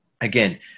again